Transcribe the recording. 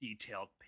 detailed